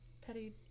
petty